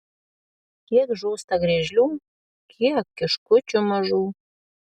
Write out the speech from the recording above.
kiek žūsta griežlių kiek kiškučių mažų